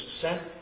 sent